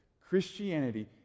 Christianity